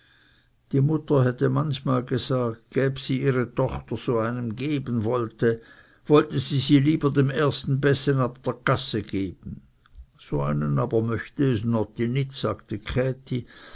die mutter hätte manchmal gesagt gäb sie ihre tochter so einem geben wollte wollte sie sie lieber dem ersten besten ab der gasse geben so einen aber möchte es notti nit sagte